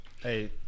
Hey